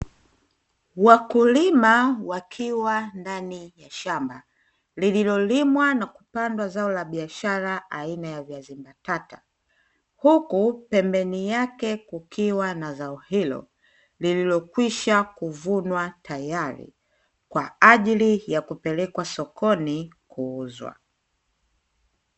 Wakulima wakiwa ndani ya shamba, lililolimwa na kupandwa zao la biashara aina ya viazi mbatata. Huku pembeni yake kukiwa na zao hilo lililokwisha kuvunwa tayari kwa ajili ya kupelekwa sokoni kuuzwa.